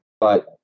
but-